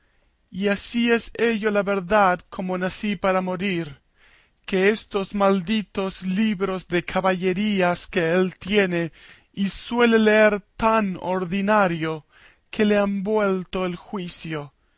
y así es ello la verdad como nací para morir que estos malditos libros de caballerías que él tiene y suele leer tan de ordinario le han vuelto el juicio